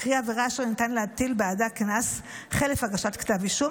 קרי עבירה שניתן להטיל בעדה קנס חלף הגשת כתב אישום.